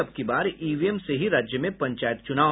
अबकी बार ईवीएम से ही राज्य में पंचायत चुनाव